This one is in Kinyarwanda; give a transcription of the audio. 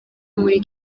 muri